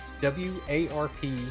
W-A-R-P